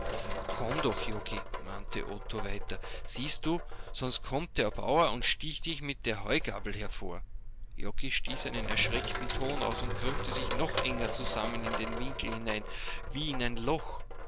komm doch joggi mahnte otto weiter siehst du sonst kommt der bauer und sticht dich mit der heugabel hervor joggi stieß einen erschreckten ton aus und krümmte sich noch enger zusammen in den winkel hinein wie in ein loch